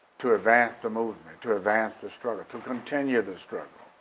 to advance the movement, to advance the struggle, to continue the struggle.